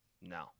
No